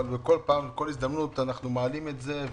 אבל בכל הזדמנות אנחנו מעלים את זה.